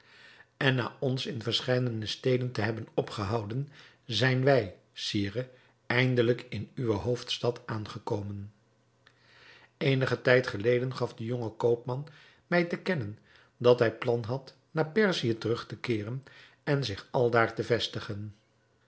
en na ons in verscheidene steden te hebben opgehouden zijn wij sire eindelijk in uwe hoofdstad aangekomen eenigen tijd geleden gaf de jonge koopman mij te kennen dat hij plan had naar perzië terug te keeren en zich aldaar te vestigen